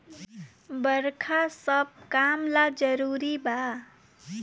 बरखा सब काम ला जरुरी बा